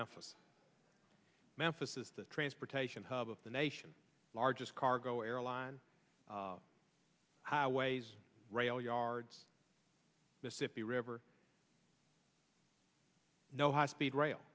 memphis memphis is the transportation hub of the nation's largest cargo airline highways rail yards mississippi river no high speed rail